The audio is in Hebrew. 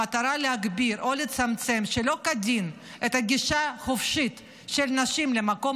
במטרה להגביר או לצמצם שלא כדין את הגישה החופשית של נשים למקום